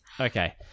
Okay